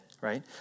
right